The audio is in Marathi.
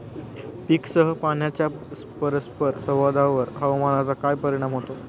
पीकसह पाण्याच्या परस्पर संवादावर हवामानाचा काय परिणाम होतो?